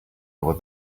over